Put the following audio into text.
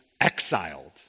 exiled